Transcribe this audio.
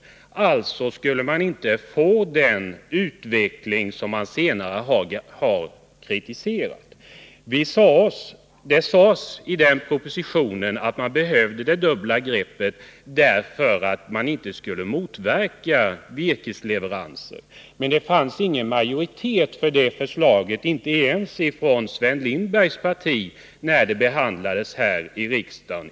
Genom denna lösning skulle vi inte ha fått den utveckling som senare har kritiserats. I propositionen sades då att det dubbla greppet behövdes för att inte motverka virkesleveranserna. Men det fanns ingen majoritet för det förslaget — inte ens från Sven Lindbergs parti var man då beredd stt stödja förslaget — när det i våras behandlades här i riksdagen.